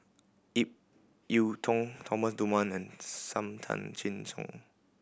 Ip Yiu Tung Thomas Dunman and Sam Tan Chin Siong